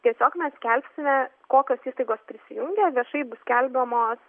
tiesiog mes kelsime kokios įstaigos prisijungė viešai bus skelbiamos